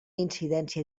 incidència